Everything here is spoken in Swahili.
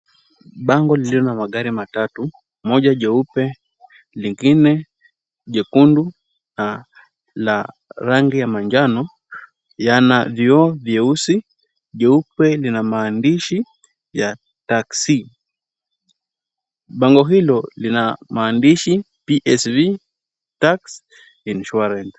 Bango lililo na magari matatu, moja jeupe, lingine jekundu na la rangi ya manjano yana vyoo vyeusi, vyeupe lina maandishi ya taksi. Bango hilo lina maandishi PSV Tax Insurance.